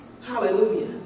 Hallelujah